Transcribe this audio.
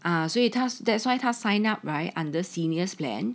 啊所以 that's why 他 sign up right under seniors plan